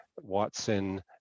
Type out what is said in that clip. Watson